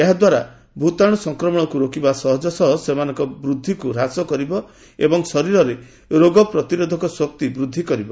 ଯାହାଦ୍ୱାରା ଏହା ଭୂତାଣୁ ସଂକ୍ରମଣକୁ ରୋକିବା ସହ ସେମାନଙ୍କ ବୃଦ୍ଧିକୁ ହ୍ରାସ କରିବ ଏବଂ ଶରୀରରେ ରୋଗ ପ୍ରତିରୋଧକ ଶକ୍ତି ବୃଦ୍ଧିକରିବ